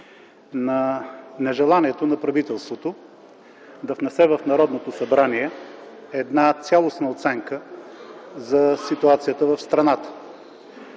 на нежеланието на правителството да внесе в Народното събрание една цялостна оценка за ситуацията в страната.